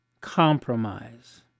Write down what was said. compromise